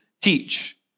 teach